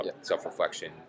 self-reflection